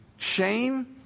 shame